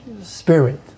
spirit